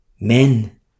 men